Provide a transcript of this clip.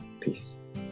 peace